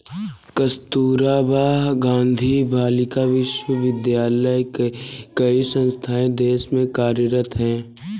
कस्तूरबा गाँधी बालिका विद्यालय की कई संस्थाएं देश में कार्यरत हैं